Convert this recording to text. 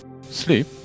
sleep